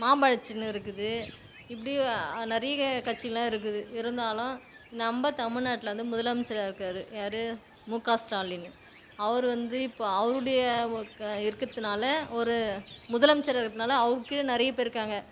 மாம்பழ சின்னம் இருக்குது இப்படி நிறைய கட்சிலாம் இருக்குது இருந்தாலும் நம்ம தமிழ்நாட்டுல வந்து முதலமைச்சராக இருக்கார் யார் மூ கா ஸ்டாலின் அவர் வந்து இப்போ அவருடைய இருக்கிறதுனால ஒரு முதலமைச்சராக இருக்கிறதுனால அவர் கீழே நிறைய பேர் இருக்காங்க